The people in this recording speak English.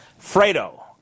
Fredo